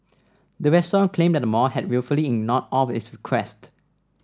the restaurant claimed that the mall had wilfully ignored all of its request